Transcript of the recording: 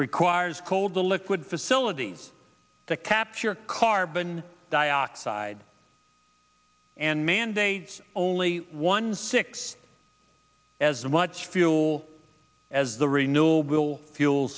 requires cold the liquid facility to capture carbon dioxide and mandates only one six as much fuel as the renewable will fuel